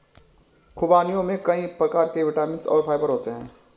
ख़ुबानियों में कई प्रकार के विटामिन और फाइबर होते हैं